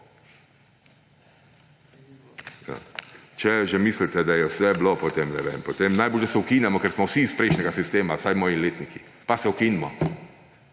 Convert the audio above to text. Če mislite, da je bilo, potem ne vem, potem je najbolje, da se ukinemo, ker smo vsi iz prejšnjega sistema, vsaj moji letniki. Pa se ukinimo,